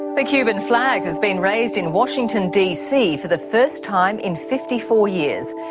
the cuban flag has been raised in washington dc for the first time in fifty four years.